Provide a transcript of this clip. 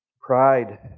Pride